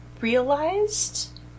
realized